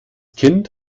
kind